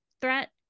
threat